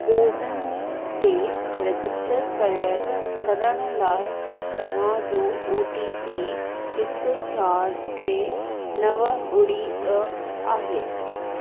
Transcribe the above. CoWIN ते register कयल करण लाइ तव्हांजो ओ टी पी हिकु चारि टे नव ॿुड़ी ॿ आहे